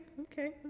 okay